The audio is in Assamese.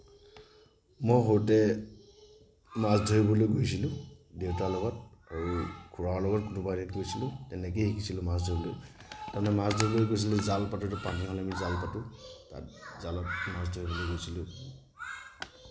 মই সৰুতে মাছ ধৰিবলৈ গৈছিলোঁ দেউতাৰ লগত আৰু খুৰাৰ লগত দুবাৰেই গৈছিলোঁ তেনেকৈয়ে শিকিছিলোঁ মাছ ধৰিবলৈ তাৰমানে মাছ ধৰিবলৈ গৈছিলোঁ জাল পাতোঁ পানী হ'লে আমি জাল পাতোঁ তাত জালত মাছ ধৰিবলৈ গৈছিলোঁ